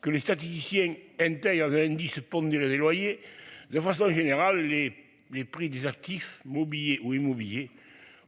que les statisticiens intérieure de l'indice pondéré des loyers de façon générale les les prix des actifs mobiliers ou immobiliers